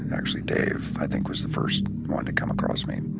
and actually dave, i think was the first one to come across me.